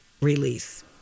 release